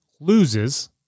loses